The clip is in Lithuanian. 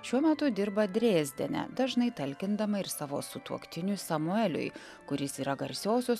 šiuo metu dirba drezdene dažnai talkindama ir savo sutuoktiniui samueliui kuris yra garsiosios